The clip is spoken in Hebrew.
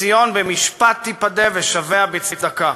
ציון במשפט תפדה ושביה בצדקה".